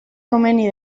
komeni